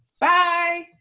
Bye